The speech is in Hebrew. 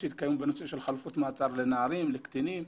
בנושא של חלופות מעצר לנערים ולקטינים.